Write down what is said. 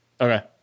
Okay